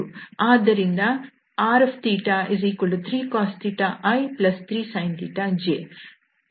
ಆದ್ದರಿಂದ r3cos i3sin j0≤θ≤2π